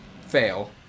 fail